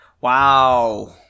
Wow